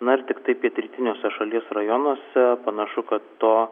na ir tiktai pietrytiniuose šalies rajonuose panašu kad to